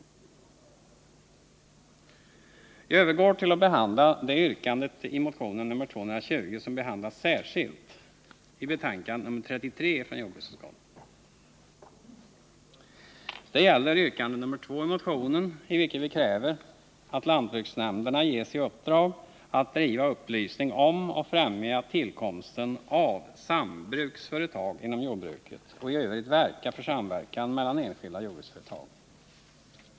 Jag övergår nu till att behandla det yrkande i motion nr 220 som behandlas särskilt, i betänkandet nr 33 från jordbruksutskottet. Det gäller yrkandet 2 i motionen, i vilket vi kräver att lantbruksnämnderna ges i uppdrag att bedriva upplysning om och främja tillkomsten av sambruksföretag inom jordbruket och i övrigt verka för samverkan mellan enskilda jordbruksföretag.